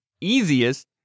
Easiest